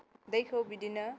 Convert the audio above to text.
दैखौ बिदिनो